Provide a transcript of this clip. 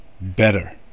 better